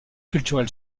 culturel